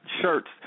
shirts